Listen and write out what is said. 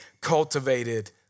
cultivated